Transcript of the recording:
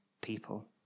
people